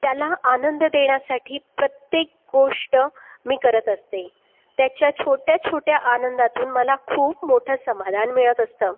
त्याला आनंद देण्यासाठी प्रत्येक गोष्ट मी करत असते त्याच्या छोट्या छोट्या आनंदातून मला खूप मोठं समाधान मिळत असतं